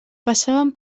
passaven